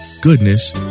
goodness